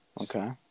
Okay